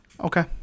Okay